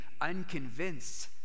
unconvinced